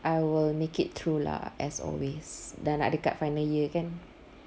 I will make it through lah as always dah nak dekat final year kan